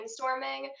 brainstorming